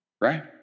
Right